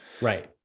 Right